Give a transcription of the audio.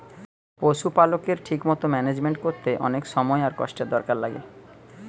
পশুপালকের ঠিক মতো ম্যানেজমেন্ট কোরতে অনেক সময় আর কষ্টের দরকার লাগে